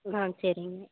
ஆ சரிங்க